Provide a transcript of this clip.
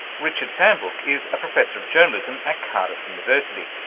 richard sambrook is a professor of journalism at cardiff university,